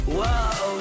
Whoa